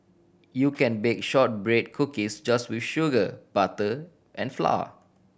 you can bake shortbread cookies just with sugar butter and flour